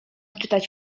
czytać